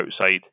outside